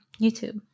YouTube